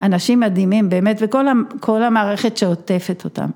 אנשים מדהימים באמת, וכל המערכת שעוטפת אותם.